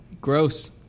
Gross